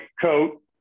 coat